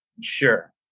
Sure